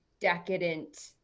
decadent